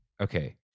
Okay